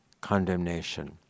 condemnation